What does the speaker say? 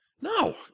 No